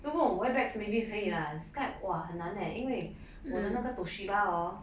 如果我会 bags maybe 可以 lah skype 哇很难 leh 因为那个 toshiba orh